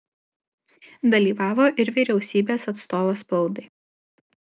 dalyvavo ir vyriausybės atstovas spaudai